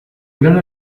gran